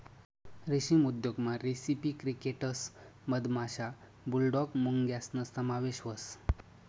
रेशीम उद्योगमा रेसिपी क्रिकेटस मधमाशा, बुलडॉग मुंग्यासना समावेश व्हस